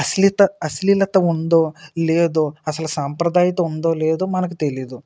అశ్లీత అశ్లీలత ఉందో లేదో అసలు సాంప్రదాయకత ఉందో లేదో మనకు తెలియదు